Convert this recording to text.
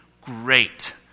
great